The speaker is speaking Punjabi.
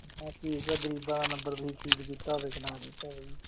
ਮੈਂ ਆਖਿਆ ਕੀ ਪਤਾ ਗਰੀਬਾਂ ਦਾ ਨੰਬਰ ਤੁਸੀਂ ਫੀਡ ਕੀਤਾ ਹੋਵੇ ਕਿ ਨਾ ਕੀਤਾ ਹੋਵੇ ਜੀ